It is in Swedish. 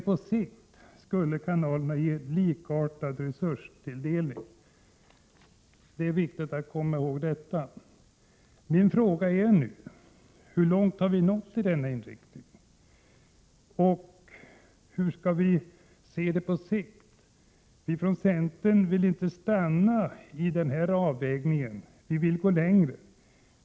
På sikt skulle kanalerna ges likartad resurstilldelning — det är viktigt att komma ihåg. Min fråga är nu: Hur långt har vi nått när det gäller denna inriktning, och hur skall vi se det på sikt? Vi från centern vill inte stanna vid denna avvägning — vi vill gå längre.